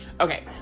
okay